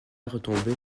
retomber